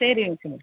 சரி ஓகேங்க